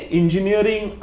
engineering